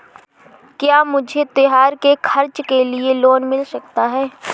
क्या मुझे त्योहार के खर्च के लिए लोन मिल सकता है?